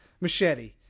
machete